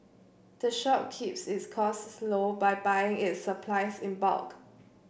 the shop keeps its costs low by buying its supplies in bulk